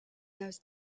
those